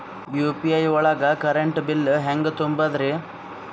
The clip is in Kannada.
ಯು.ಪಿ.ಐ ಒಳಗ ಕರೆಂಟ್ ಬಿಲ್ ಹೆಂಗ್ ತುಂಬದ್ರಿ?